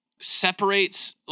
separates